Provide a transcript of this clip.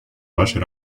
вашей